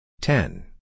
Ten